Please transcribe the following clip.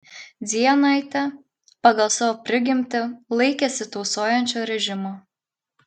dzienaitė pagal savo prigimtį laikėsi tausojančio režimo